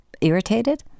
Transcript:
irritated